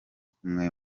kumwe